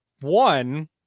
One